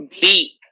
Beep